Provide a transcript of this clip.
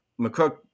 McCook